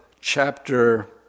chapter